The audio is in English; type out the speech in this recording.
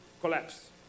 collapse